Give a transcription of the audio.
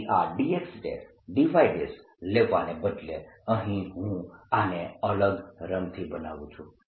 તેથી આ dxdy લેવાને બદલે અહીં હું આને અલગ રંગથી બનાવું છું